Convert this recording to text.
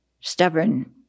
Stubborn